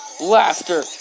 Laughter